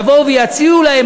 יבואו ויציעו להם",